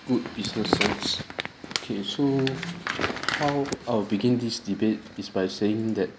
good businesses okay so how I'll begin this debate is by saying that